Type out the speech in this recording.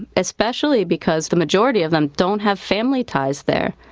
especially because the majority of them don't have family ties there.